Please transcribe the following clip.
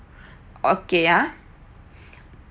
okay ah